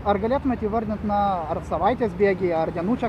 ar galėtumėt įvardint na ar savaitės bėgyje ar dienų čia